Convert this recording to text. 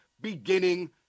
beginning